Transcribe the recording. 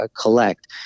collect